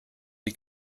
die